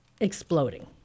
Exploding